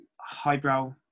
highbrow